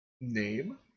name